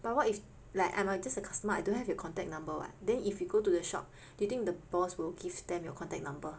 but what if like I'm like just a customer I don't have your contact number [what] then if you go to the shop do you think the boss will give them your contact number